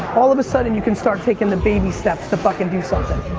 all of a sudden you can start taking the baby steps to fucking do something.